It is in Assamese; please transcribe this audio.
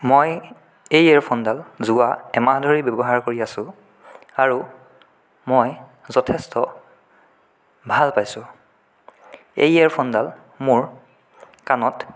মই এই ইয়েৰফোনডাল যোৱা এমাহ ধৰি ব্যৱহাৰ কৰি আছো আৰু মই যথেষ্ট ভাল পাইছোঁ এই ইয়েৰফোনডাল মোৰ কাণত